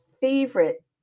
favorite